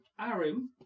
Arim